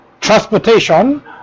transportation